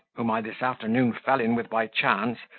whom i this afternoon fell in with by chance,